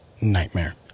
nightmare